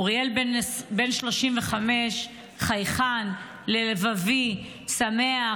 אוריאל בן 35, חייכן, לבבי, שמח.